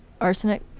Arsenic